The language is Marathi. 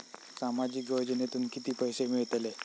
सामाजिक योजनेतून किती पैसे मिळतले?